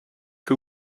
que